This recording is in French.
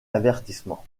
avertissement